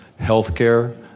healthcare